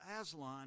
Aslan